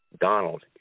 Donald